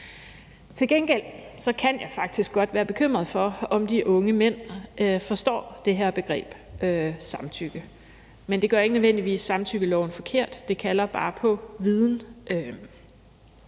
Til gengæld kan jeg faktisk godt være bekymret for, om de unge mænd forstår det her begreb samtykke, men det gør ikke nødvendigvis samtykkeloven forkert; det kalder bare på viden.